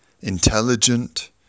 intelligent